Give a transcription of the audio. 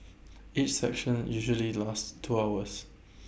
each session usually lasts two hours